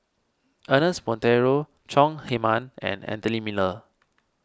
Ernest Monteiro Chong Heman and Anthony Miller